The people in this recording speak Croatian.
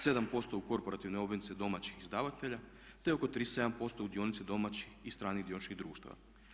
7% u korporativne obveznice domaćih izdavatelja te oko 37% u dionice domaćih i stranih dioničkih društava.